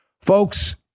Folks